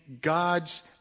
God's